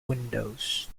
windows